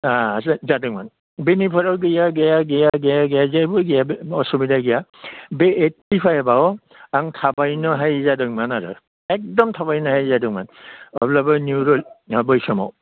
जादोंमोन बिनिफ्रायनो गैया गैया गैया जेबो गैया असुबिदा गैया बे एइटि फाइभआव आं थाबायनो हायि जादोंमोन आरो एखदम थाबायनो हायि जादोंमोन अब्लाबो निउर' बै समाव